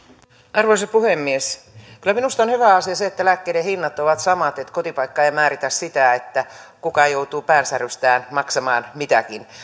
arvoisa puhemies kyllä minusta on hyvä asia se että lääkkeiden hinnat ovat samat että kotipaikka ei määritä sitä kuka joutuu päänsärystään maksamaan mitäkin